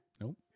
Nope